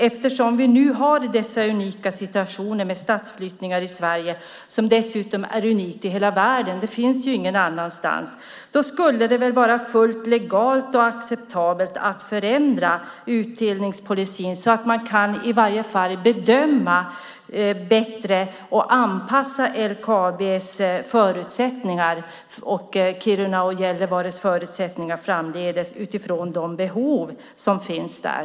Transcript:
Eftersom vi nu har dessa unika situationer med stadsflyttningar i Sverige - de är dessutom unika i hela världen för de finns ingen annanstans - skulle det väl vara fullt legalt och acceptabelt att förändra utdelningspolicyn. Då skulle man i alla fall bättre kunna bedöma och anpassa LKAB:s, Kirunas och Gällivares förutsättningar framdeles utifrån de behov som finns där.